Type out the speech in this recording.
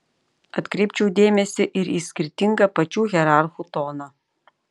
atkreipčiau dėmesį ir į skirtingą pačių hierarchų toną